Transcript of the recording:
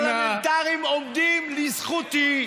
הכלים הפרלמנטריים עומדים לרשותי.